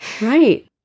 Right